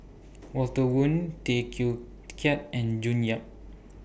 Walter Woon Tay Teow Kiat and June Yap